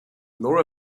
nora